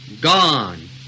gone